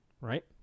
right